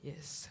Yes